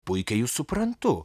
puikiai jus suprantu